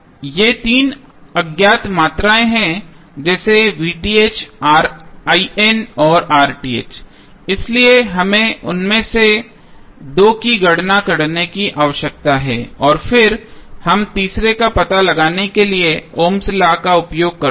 ये तीन अज्ञात मात्राएं जैसे और हैं इसलिए हमें उनमें से दो की गणना करने की आवश्यकता है और फिर हम तीसरे का पता लगाने के लिए ओम्स लॉ का उपयोग करते हैं